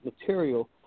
material